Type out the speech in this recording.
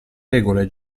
regole